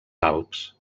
alps